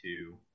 two